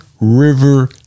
river